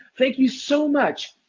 thank you so much.